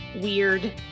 weird